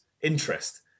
interest